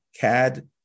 CAD